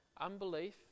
Unbelief